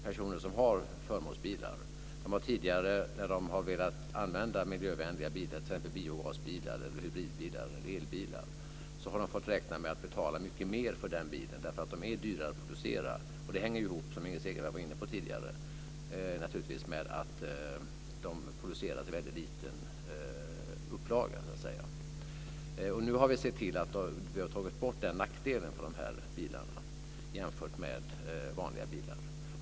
Personer som har förmånsbilar har tidigare när de har velat använda miljövänliga bilar - t.ex. biogasbilar, hybridbilar eller elbilar - fått räkna med att betala mycket mer för den bilen därför att de är dyrare att producera. Det hänger som Inger Segelström var inne på tidigare ihop med att de produceras i en så väldigt liten upplaga. Nu har vi sett till att ta bort den nackdelen för dessa bilar jämfört med vanliga bilar.